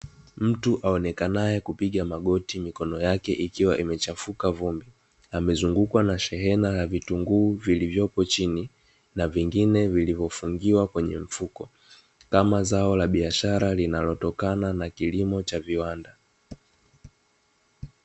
Mtu aonekanae kupiga magoti mikono yake ikiwa imechafuka vumbi, amezungukwa na shehena ya vitunguu vilivyopo chini na vingine vilivyofungiwa kwenye mfuko, kama zao la biashara linalotokana na kilimo cha viwanda.